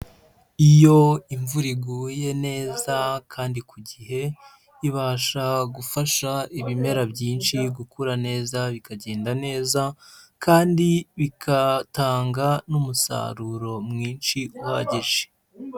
Iyo imvura iguye neza kandi ku gihe ibasha gufasha ibimera byinshi gukura neza bikagenda neza kandi bigatanga n'umusaruro mwinshi uhagije.